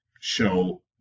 show